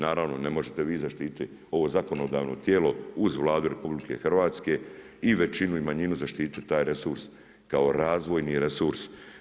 Naravno ne možete vi zaštititi ovo zakonodavno tijelo uz Vladu RH i većinu i manjinu zaštititi taj resurs kao razvojni resurs.